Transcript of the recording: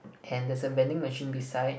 and there is a vending machine beside